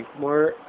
more